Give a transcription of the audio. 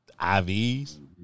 IVs